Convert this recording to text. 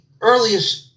earliest